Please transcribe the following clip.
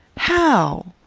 how?